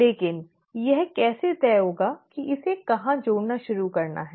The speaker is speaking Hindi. लेकिन यह कैसे तय होगा कि कहां जोड़ना शुरू करना है